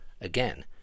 Again